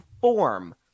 form